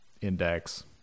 index